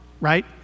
right